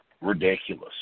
ridiculous